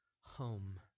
home